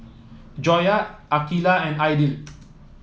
Joyah Aqeelah and Aidil